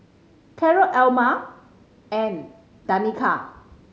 Carroll Elma and Danica